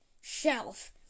Shelf